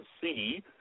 see